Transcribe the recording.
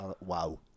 wow